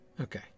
Okay